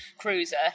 Cruiser